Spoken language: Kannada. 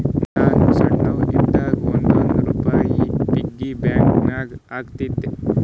ನಾನು ಸಣ್ಣವ್ ಇದ್ದಾಗ್ ಒಂದ್ ಒಂದ್ ರುಪಾಯಿ ಪಿಗ್ಗಿ ಬ್ಯಾಂಕನಾಗ್ ಹಾಕ್ತಿದ್ದೆ